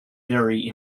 very